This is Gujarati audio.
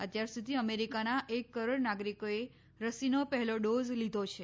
અત્યાર સુધી અમેરિકાના એક કરોડ નાગરિકોએ રસીનો પહેલો ડોઝ લીધો છે